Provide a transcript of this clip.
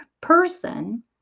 person